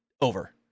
over